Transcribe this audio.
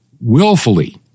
willfully